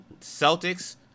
Celtics